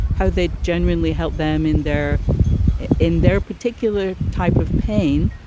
how they genuinely helped them in their in their particular type of pain.